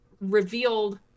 revealed